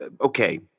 Okay